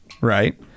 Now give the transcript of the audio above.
right